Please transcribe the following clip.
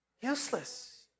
Useless